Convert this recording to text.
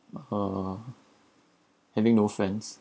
uh having no friends